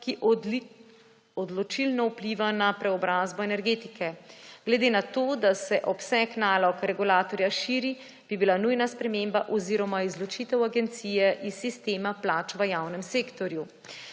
ki odločilno vpliva na preobrazbo energetike. Glede na to, da se obseg nalog regulatorja širi, bi bila nujna sprememba oziroma izločitev agencije iz sistema plač v javnem sektorju.